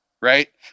right